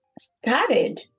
started